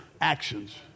actions